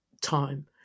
time